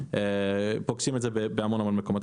ופוגשים את זה בהמון מקומות.